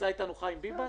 נמצא איתנו חיים ביבס?